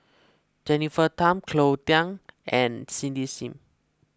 Jennifer Tham Cleo Thang and Cindy Sim